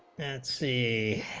and c